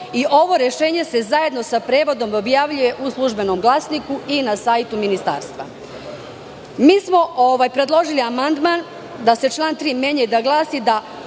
i ovo rešenje se zajedno sa prevodom objavljuje u "Službenom glasniku" i na sajtu Ministarstva. Mi smo predložili amandman da se član 3. menja i da glasi –